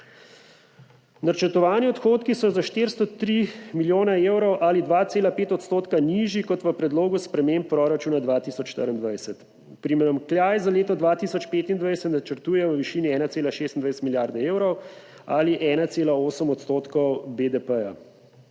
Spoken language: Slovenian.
Načrtovani odhodki so za 403 milijone evrov ali 2,5 % nižji kot v predlogu sprememb proračuna 2024, primanjkljaj za leto 2025 načrtuje v višini 1,26 milijarde evrov ali 1,8 % BDP.